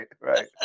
right